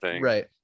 Right